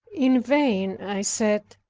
in vain i said,